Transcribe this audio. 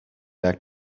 back